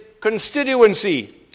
constituency